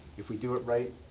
if we do it right,